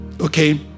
Okay